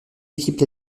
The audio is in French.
équipes